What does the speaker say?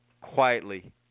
quietly